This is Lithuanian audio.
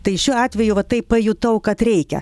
tai šiuo atveju va taip pajutau kad reikia